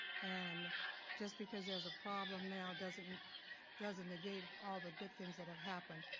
and just because there's a problem now doesn't doesn't negate all the good things that have happened,